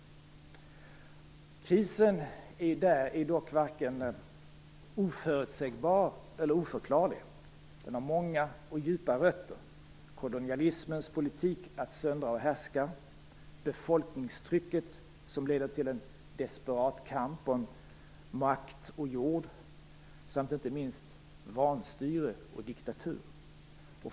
Krisen är dock varken oförutsägbar eller oförklarlig. Den har många och djupa rötter: kolonialismens politik att söndra och härska, befolkningstrycket som leder till en desperat kamp och en makt om jord samt inte minst vanstyre och diktatur.